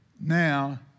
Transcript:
now